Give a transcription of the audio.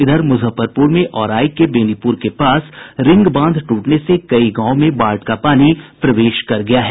उधर मुजफ्फरपुर में औराई के बेनीपुर के पास रिंग बांध टूटने से कई गांवों में बाढ़ का पानी प्रवेश कर गया है